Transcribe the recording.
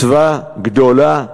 מצווה גדולה,